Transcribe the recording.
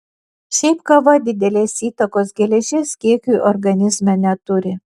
šiaip kava didelės įtakos geležies kiekiui organizme neturi